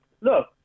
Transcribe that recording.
look